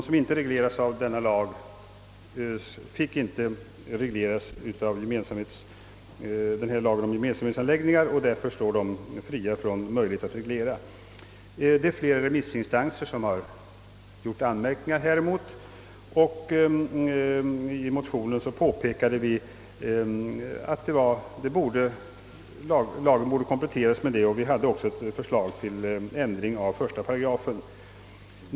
För mindre vattenoch avloppsanläggningar, vilka inte berörs av 1955 års lag, skulle inte lagen om gemensamhetsanläggningar kunna gälla, och de står därför utan möjlighet att bli reglerade som gemensamhetsanläggningar. Flera remissinstanser har gjort anmärkningar mot detta förhållande, och vi påpekade i vår motion att lagen måste kompletteras på denna punkt. Vi framlade även ett förslag till ändring av 1 §.